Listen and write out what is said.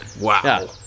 Wow